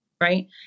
right